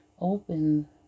Open